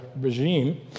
regime